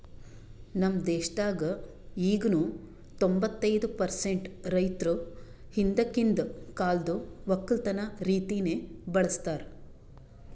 ನಮ್ ದೇಶದಾಗ್ ಈಗನು ತೊಂಬತ್ತೈದು ಪರ್ಸೆಂಟ್ ರೈತುರ್ ಹಿಂದಕಿಂದ್ ಕಾಲ್ದು ಒಕ್ಕಲತನ ರೀತಿನೆ ಬಳ್ಸತಾರ್